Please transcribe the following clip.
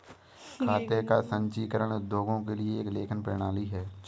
खाते का संचीकरण उद्योगों के लिए एक लेखन प्रणाली है